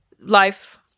life